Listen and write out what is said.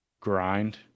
grind